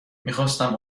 میخواستم